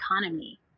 economy